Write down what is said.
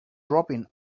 dropping